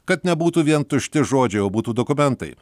kad nebūtų vien tušti žodžiai o būtų dokumentai